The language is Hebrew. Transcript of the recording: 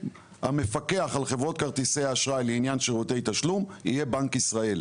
המפקח על חברות כרטיסי האשראי לעניין שירותי תשלום יהיה בנק ישראל.